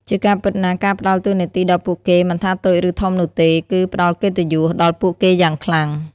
ជាការពិតណាស់ ការផ្តល់តួនាទីដល់ពួកគេ មិនថាតូច ឬធំនោះទេ គឺ ផ្តល់កិត្តិយស ដល់ពួកគេយ៉ាងខ្លាំង។